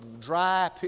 dry